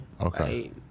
Okay